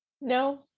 No